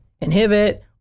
Inhibit